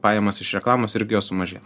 pajamas iš reklamos irgi jos sumažėt